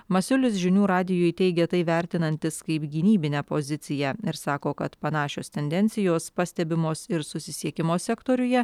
masiulis žinių radijui teigė tai vertinantis kaip gynybinę poziciją ir sako kad panašios tendencijos pastebimos ir susisiekimo sektoriuje